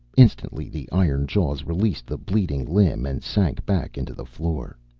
instantly the iron jaws released the bleeding limb and sank back into the floor.